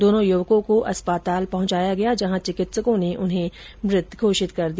दोनो युवकों को अस्पताल पहुंचाया गया जहां चिकित्सकों ने उन्हें मृत घोषित कर दिया